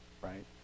right